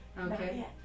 Okay